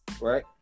Right